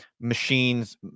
machines